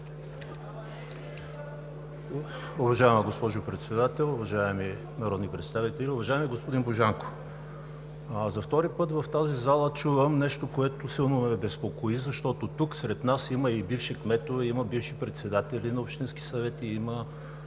Уважаема госпожо Председател, уважаеми народни представители! Уважаеми господин Божанков, за втори път в тази зала чувам нещо, което силно ме безпокои, защото тук сред нас има бивши кметове, има бивши председатели на общински съвети, има